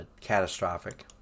catastrophic